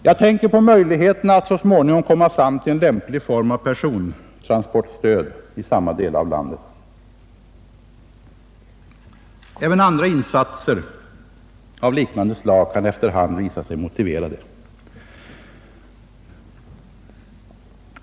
Jag tänker på möjligheten att så småningom komma fram till en lämplig form av persontransportstöd i samma delar av landet. Även andra insatser av liknande slag kan efter hand visa sig motiverade.